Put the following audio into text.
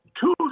Two